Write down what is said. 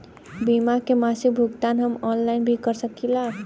बीमा के मासिक भुगतान हम ऑनलाइन भी कर सकीला?